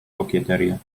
kokieteria